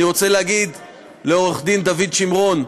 אני רוצה להודות לעורך-דין דוד שמרון,